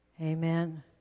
Amen